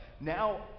Now